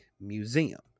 museum